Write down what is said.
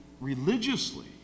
religiously